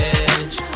edge